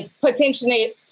potentially